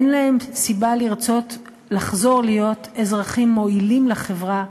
אין להם סיבה לרצות לחזור להיות אזרחים מועילים לחברה,